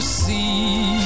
see